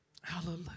hallelujah